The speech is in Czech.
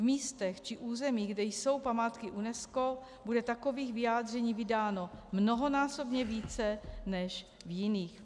V místech či územích, kde jsou památky UNESCO, bude takových vyjádření vydáno mnohonásobně více než v jiných.